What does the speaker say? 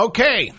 Okay